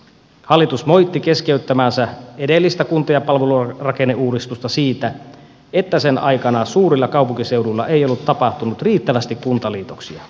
hallitus moitti keskeyttämäänsä edellistä kunta ja palvelurakenneuudistusta siitä että sen aikana suurilla kaupunkiseuduilla ei ollut tapahtunut riittävästi kuntaliitoksia